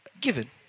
given